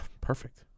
Perfect